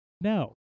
no